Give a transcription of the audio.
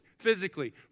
physically